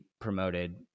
promoted